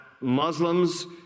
muslims